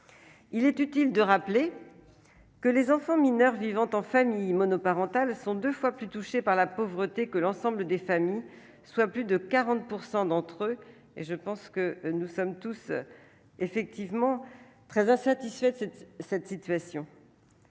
Il est utile de rappeler que les enfants mineurs vivant en famille monoparentale sont 2 fois plus touchés par la pauvreté, que l'ensemble des familles, soit plus de 40 % d'entre eux, et je pense que nous sommes tous effectivement très insatisfaits de cette situation.